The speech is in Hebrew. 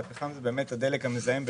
הפחם הוא באמת הדלק המזהם ביותר,